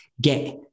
get